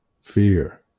Fear